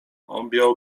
objął